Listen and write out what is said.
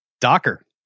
Docker